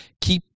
keep